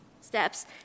steps